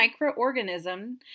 microorganism